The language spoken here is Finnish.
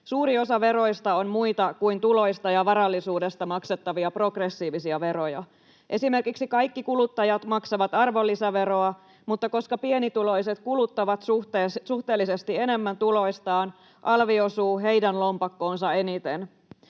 Suuri osa veroista on muita kuin tuloista ja varallisuudesta maksettavia progressiivisia veroja. Esimerkiksi kaikki kuluttajat maksavat arvonlisäveroa, mutta koska pienituloiset kuluttavat suhteellisesti enemmän tuloistaan, alvi osuu heidän lompakkoonsa eniten.